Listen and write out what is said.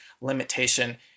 limitation